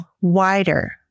wider